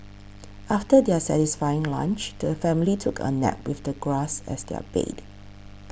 after their satisfying lunch the family took a nap with the grass as their bed